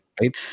right